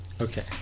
Okay